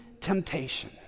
temptation